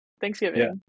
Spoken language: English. Thanksgiving